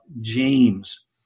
James